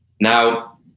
Now